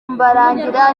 mbarangira